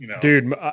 Dude